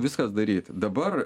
viskas daryti dabar